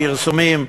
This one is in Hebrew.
פרסומים,